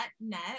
net